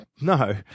No